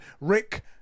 Rick